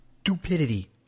stupidity